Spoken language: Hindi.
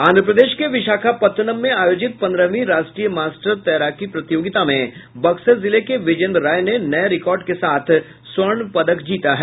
आंध्र प्रदेश के विशाखापत्तनम में आयोजित पंद्रहवीं राष्ट्रीय मास्टर तैराकी प्रतियोगिता में बक्सर जिले के विजेंद्र राय ने नये रिकॉर्ड के साथ स्वर्ण पदक जीता है